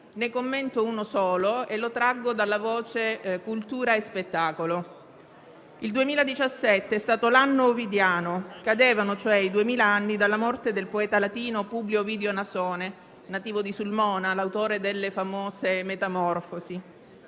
Ne commento uno solo e lo traggo dalla voce «Cultura e spettacolo». Il 2017 è stato l'anno ovidiano: ricorrevano, cioè, i duemila anni dalla morte del poeta latino Publio Ovidio Nasone, nativo di Sulmona, autore delle famose «Metamorfosi».